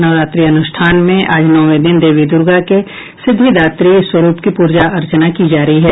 नवरात्रि अनुष्ठान में आज नौवें दिन देवी दूर्गा के सिद्धिदात्री स्वरूप की पूजा अर्चना की जा रही है